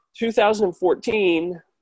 2014